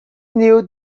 knew